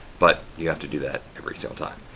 but you have to do that every single time.